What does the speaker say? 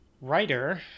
writer